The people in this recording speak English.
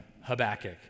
Habakkuk